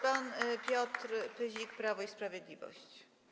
Pan poseł Piotr Pyzik, Prawo i Sprawiedliwość.